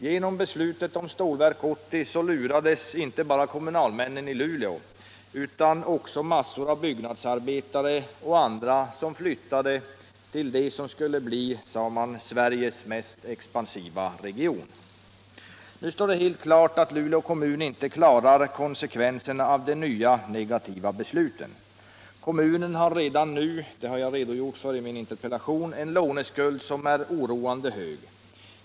Genom beslutet om Stålverk 80 lurades inte bara kommunalmännen i Luleå utan också en mängd byggnadsarbetare och andra, som flyttade till det som, sade man, skulle bli Sveriges mest expansiva region. Nu står det helt klart att Luleå kommun inte klarar konsekvenserna av de nya negativa besluten. Kommunen har redan nu — det har jag redogjort för i min interpellation — en låneskuld som är oroande hög.